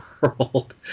world